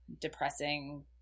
depressing